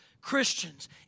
Christians